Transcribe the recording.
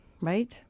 right